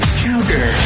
sugar